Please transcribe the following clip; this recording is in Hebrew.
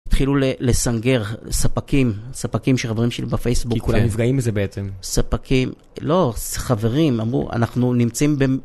התחילו לסנגר ספקים, ספקים של חברים שלי בפייסבוק. כי כולם נפגעים בזה בעצם. ספקים, לא, חברים אמרו אנחנו נמצאים ב...